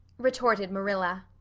retorted marilla.